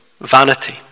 vanity